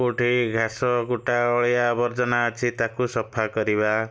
କେଉଁଠି ଘାସକୁଟା ଅଳିଆ ଆବର୍ଜନା ଅଛି ତାକୁ ସଫା କରିବା